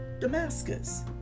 Damascus